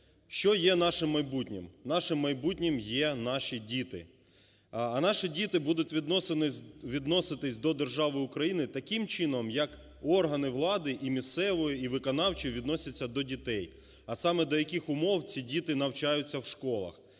Що є нашим майбутнім? Нашим майбутнім є наші діти. А наші діти будуть відноситися до держави України таким чином, як органи влади і місцевої, і виконавчої відносяться до дітей, а саме до яких умов ці діти навчаються в школах.